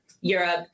Europe